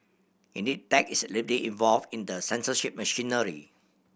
indeed tech is deeply involved in the censorship machinery